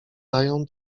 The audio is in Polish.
dają